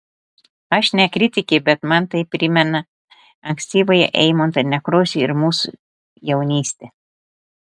aš ne kritikė bet man tai primena ankstyvąjį eimuntą nekrošių ir mūsų jaunystę